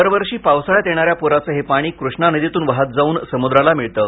दरवर्षी पावसाळ्यात येणाऱ्या पुराचं हे पाणी कृष्णा नदीतून वाहत जाऊन समुद्राला मिळतं